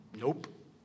Nope